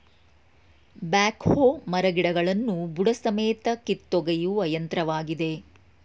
back ಹೋ ಮರಗಿಡಗಳನ್ನು ಬುಡಸಮೇತ ಕಿತ್ತೊಗೆಯುವ ಯಂತ್ರವಾಗಿದೆ